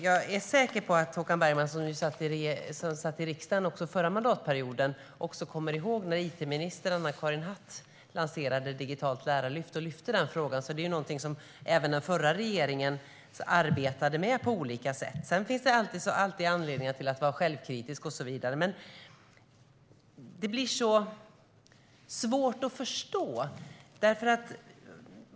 Jag är säker på att Håkan Bergman, som satt i riksdagen också förra mandatperioden, kommer ihåg när it-minister Anna-Karin Hatt lanserade ett digitalt lärarlyft och lyfte den frågan. Det är någonting som även den förra regeringen arbetade med på olika sätt. Sedan finns det alltid anledning att vara självkritisk och så vidare. Men det här blir svårt att förstå.